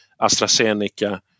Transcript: AstraZeneca